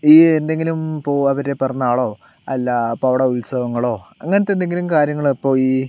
ഈ എന്തെങ്കിലും അവരുടെ പിറന്നാളോ അല്ല ഇപ്പോൾ അവിടെ ഉത്സവങ്ങളോ അങ്ങനത്തെ എന്തെങ്കിലും കാര്യങ്ങളോ ഇപ്പോൾ ഈ